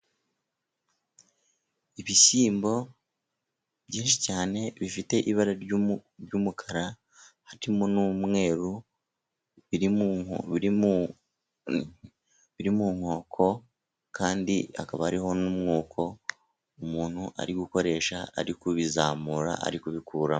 Ibishyimbo byinshi cyane, bifite ibara ry'umukara, harimo n'umweru, biri mu nkoko, kandi hakaba hariho n'umwuko, umuntu ari gukoresha ari kubizamura ari kubikuramo.